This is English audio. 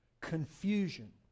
confusion